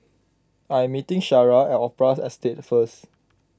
I am meeting Shara at Opera Estate first